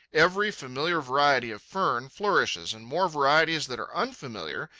every familiar variety of fern flourishes, and more varieties that are unfamiliar,